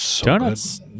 Donuts